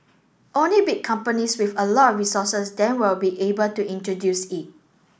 only big companies with a lot of resources then will be able to introduce it